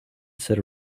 sit